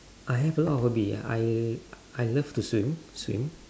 I have a lot of hobby I I I love to swim swim